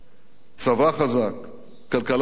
צבא חזק, כלכלה חזקה,